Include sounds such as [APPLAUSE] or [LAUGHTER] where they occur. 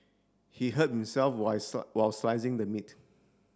he hurt himself while [UNINTELLIGIBLE] while slicing the meat